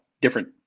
different